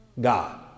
God